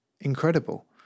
incredible